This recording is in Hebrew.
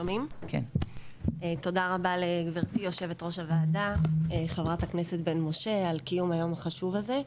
תודה רבה לגבירתי יו"ר הוועדה ח"כ בן משה על קיום היום החשוב הזה.